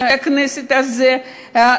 לכנסת הזאת,